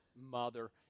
mother –